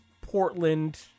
Portland